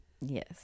Yes